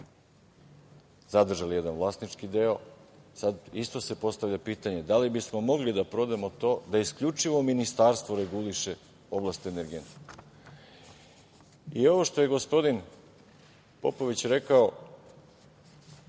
zadržali jedan vlasnički deo. Sada se isto postavlja pitanje – da li bismo mogli da prodamo to da isključivo ministarstvo reguliše oblast energetike? Ovo što je gospodin Popović rekao